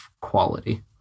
quality